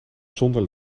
zonder